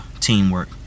teamwork